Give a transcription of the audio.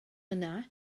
yna